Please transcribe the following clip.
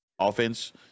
offense